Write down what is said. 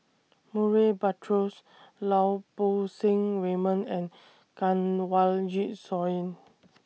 Murray Buttrose Lau Poo Seng Raymond and Kanwaljit Soin